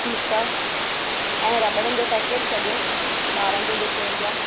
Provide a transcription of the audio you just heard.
ठीक आहे ऐं रॿड़नि जो पेकेटु सॼो ॿारनि जो जेको ईंदो आहे